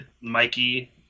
Mikey